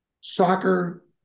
soccer